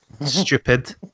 Stupid